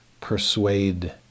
persuade